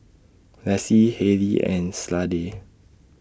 Lassie Hayley and Slade